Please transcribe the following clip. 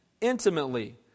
intimately